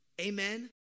Amen